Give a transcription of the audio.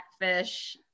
fish